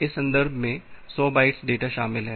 इस संदर्भ में 100 बाइट्स डेटा शामिल हैं